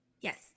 yes